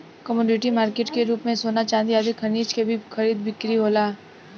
commodity market के रूप में सोना चांदी आदि खनिज के भी खरीद बिक्री होला